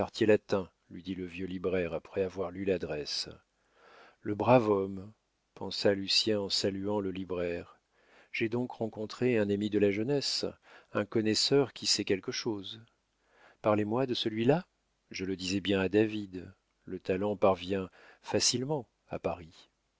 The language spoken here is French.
latin lui dit le vieux libraire après avoir lu l'adresse le brave homme pensa lucien en saluant le libraire j'ai donc rencontré un ami de la jeunesse un connaisseur qui sait quelque chose parlez-moi de celui-là je le disais bien à david le talent parvient facilement à paris